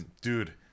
dude